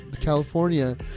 california